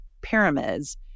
pyramids